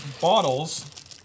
bottles